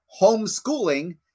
homeschooling